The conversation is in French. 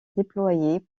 déployés